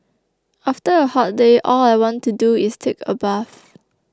after a hot day all I want to do is take a bath